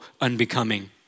unbecoming